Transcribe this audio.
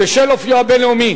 בשל אופיו הבין-לאומי